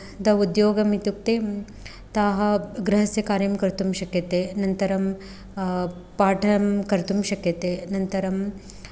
the उद्योगम् इत्युक्ते ताः गृहस्य कार्यं कर्तुं शक्यते अनन्तरं पाठनं कर्तुं शक्यते अनन्तरं